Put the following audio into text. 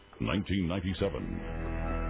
1997